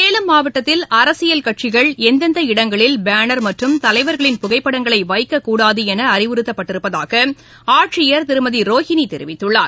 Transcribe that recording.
சேலம் மாவட்டத்தில் அரசியல் கட்சிகள் எந்தெந்த இடங்களில் பேனர் மற்றும் தலைவர்களின் புகைப்படங்களை வைக்கக்கூடாது என அறிவுறுத்தப்பட்டிருப்பதாக ஆட்சியர் திருமதி ரோஹினி தெரிவித்துள்ளார்